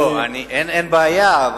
אין בעיה.